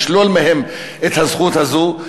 לשלול מהם את הזכות הזאת.